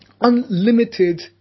unlimited